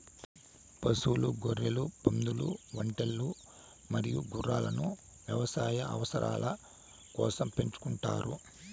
పశువులు, గొర్రెలు, పందులు, ఒంటెలు మరియు గుర్రాలను వ్యవసాయ అవసరాల కోసం పెంచుకుంటారు